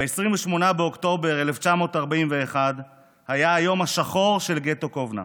28 באוקטובר 1941 היה היום השחור של גטו קובנה.